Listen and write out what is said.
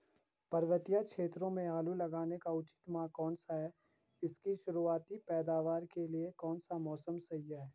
पर्वतीय क्षेत्रों में आलू लगाने का उचित माह कौन सा है इसकी शुरुआती पैदावार के लिए कौन सा मौसम सही है?